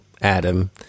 Adam